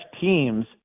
teams